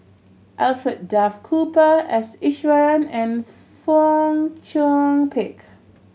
Alfred Duff Cooper S Iswaran and Fong Chong Pik